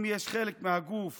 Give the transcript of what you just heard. אם לחלק מהגוף